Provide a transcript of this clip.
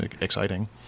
exciting